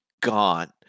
gone